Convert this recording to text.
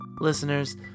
Listeners